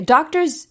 Doctors